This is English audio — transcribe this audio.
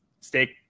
steak